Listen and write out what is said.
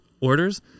orders